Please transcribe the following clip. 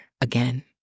again